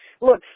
Look